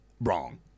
Wrong